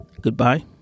goodbye